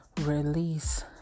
release